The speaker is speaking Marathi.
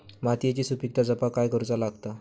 मातीयेची सुपीकता जपाक काय करूचा लागता?